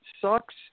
sucks